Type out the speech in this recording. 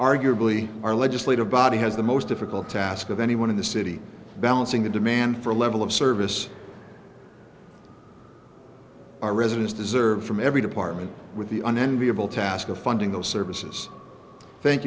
arguably our legislative body has the most difficult task of anyone in the city balancing the demand for a level of service our residents deserve from every department with the unenviable task of finding those services thank